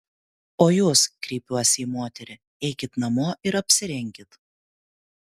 o jūs kreipiuos į moterį eikit namo ir apsirenkit